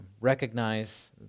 recognize